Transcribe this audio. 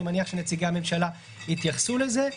אני מניח שנציגי הממשלה יתייחסו לזה.